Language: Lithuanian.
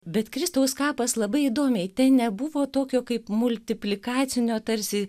bet kristaus kapas labai įdomiai ten nebuvo tokio kaip multiplikacinio tarsi